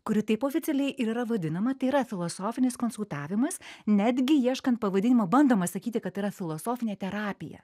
kuri taip oficialiai ir yra vadinama tai yra filosofinis konsultavimas netgi ieškant pavadinimo bandoma sakyti kad tai yra filosofinė terapija